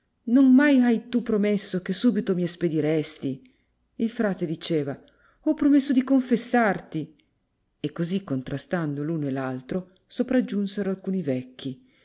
non mai hai tu promesso che subito mi espediresti il frate diceva ho promesso di confessarti e cosi contrastando l'uno e l'altro sopraggiunsero alcuni vecchi